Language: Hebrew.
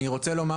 אני רוצה לומר